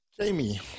Jamie